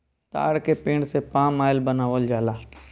ताड़ के पेड़ से पाम आयल बनावल जाला